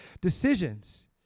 decisions